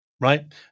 right